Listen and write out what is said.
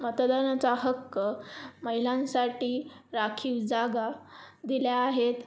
मतदानाचा हक्क महिलांसाठी राखीव जागा दिल्या आहेत